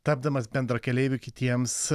tapdamas bendrakeleiviu kitiems